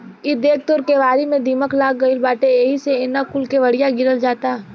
हइ देख तोर केवारी में दीमक लाग गइल बाटे एही से न कूल केवड़िया गिरल जाता